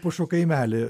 pušų kaimelį